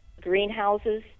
greenhouses